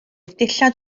dillad